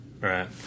Right